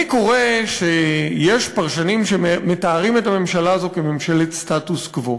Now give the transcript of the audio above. אני קורא שיש פרשנים שמתארים את הממשלה הזו כממשלת סטטוס קוו.